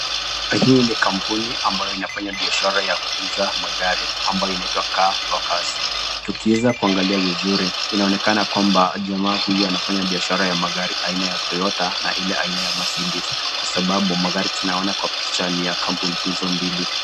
Hii ni kampuni ambayo inafanya biashara ya kuuza magari ambayo inaitwa Car Locus. Tukiweza kuangalia vizuri, inaonekana kwamba jamaa huyo anafanya biashara ya magari aina ya Toyota na ile aina ya Mercedes kwa sababu magari tunayoona kwa picha ni ya kampuni hizo mbili.